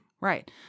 Right